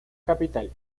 capital